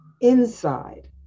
inside